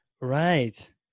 right